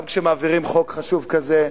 גם כשמעבירים חוק חשוב כזה,